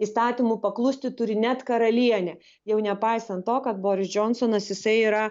įstatymui paklusti turi net karalienė jau nepaisant to kad boris džonsonas jisai yra